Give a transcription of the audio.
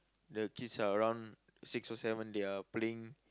the kids are around six or seven they are playing